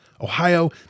Ohio